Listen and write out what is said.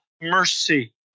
mercy